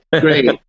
Great